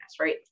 right